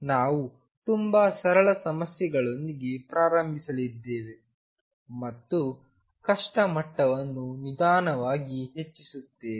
ನಾವು ತುಂಬಾ ಸರಳ ಸಮಸ್ಯೆಗಳೊಂದಿಗೆ ಪ್ರಾರಂಭಿಸಲಿದ್ದೇವೆ ಮತ್ತು ಕಷ್ಟದ ಮಟ್ಟವನ್ನು ನಿಧಾನವಾಗಿ ಹೆಚ್ಚಿಸುತ್ತೇವೆ